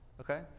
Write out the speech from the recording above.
Okay